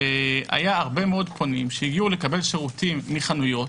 היו הרבה מאוד פונים שהגיעו לקבל שירותים מחנויות,